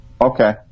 okay